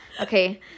Okay